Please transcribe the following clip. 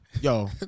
Yo